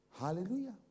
Hallelujah